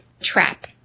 trap